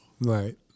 right